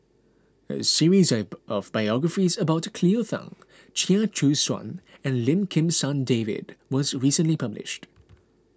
a series of biographies about Cleo Thang Chia Choo Suan and Lim Kim San David was recently published